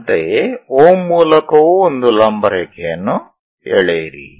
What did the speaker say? ಅಂತೆಯೇ O ಮೂಲಕವೂ ಒಂದು ಲಂಬ ರೇಖೆಯನ್ನು ಎಳೆಯಿರಿ